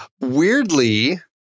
Weirdly